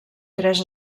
tres